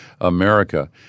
America